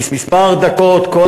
כמה דקות,